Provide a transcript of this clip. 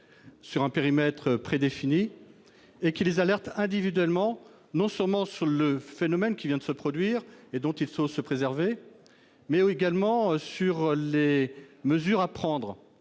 sur un périmètre prédéfini, en les alertant individuellement, non seulement sur le phénomène qui vient de se produire et dont elles doivent se préserver, mais également sur les mesures à prendre.